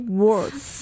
words